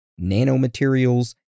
nanomaterials